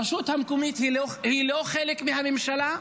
הרשות המקומית היא לא חלק מהממשלה,